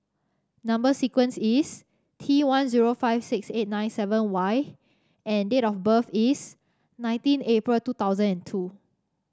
number sequence is T one zero five six eight nine seven Y and date of birth is nineteen April two thousand and two